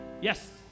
yes